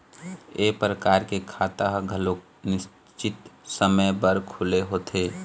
ए परकार के खाता ह घलोक निस्चित समे बर खुले होथे